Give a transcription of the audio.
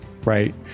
right